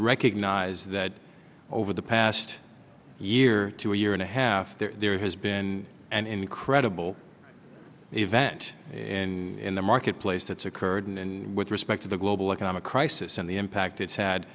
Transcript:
recognize that over the past year to a year and a half there has been an incredible event in the marketplace that's occurred and with respect to the global economic crisis and the impact it's had